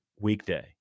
weekday